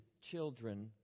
children